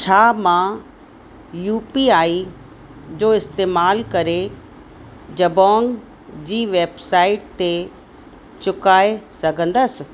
छा मां U P I जो इस्तेमाल करे जबोंग जी वैबसाइट ते चुकाए सघंदसि